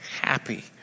happy